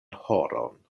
horon